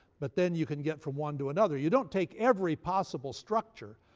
but then you can get from one to another. you don't take every possible structure,